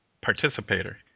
participator